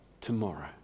tomorrow